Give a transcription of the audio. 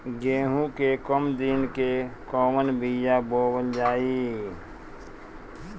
गेहूं के कम दिन के कवन बीआ बोअल जाई?